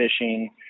fishing